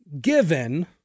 given